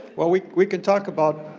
well, we we could talk about